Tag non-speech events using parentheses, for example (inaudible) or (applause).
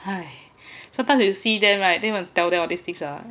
(noise) sometimes you see them right they won't tell all these things ah